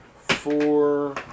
four